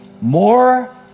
more